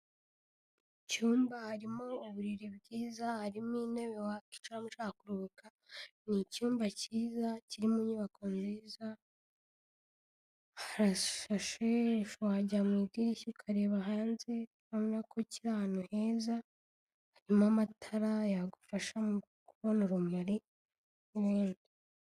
Icyumba harimo uburiri bwiza, harimo intebe wakicaramo ushaka kuruhuka. Ni icyumba cyiza kiri mu nyubako nziza, harashashe wajya mu idirishya ukareba hanze, urabona ko kiei ahantu heza. Harimo amatara yagufasha mu kubona urumuri.